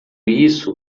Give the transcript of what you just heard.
isso